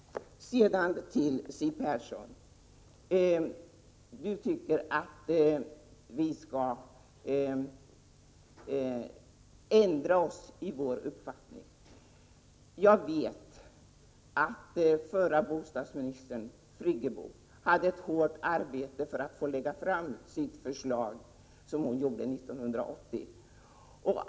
Siw Persson tycker att vi skall ändra oss i vår uppfattning. Jag vet att förra bostadsministern, Birgit Friggebo, hade ett hårt arbete för att få lägga fram sitt förslag, vilket hon gjorde 1980.